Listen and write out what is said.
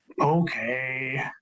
Okay